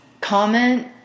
comment